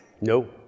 No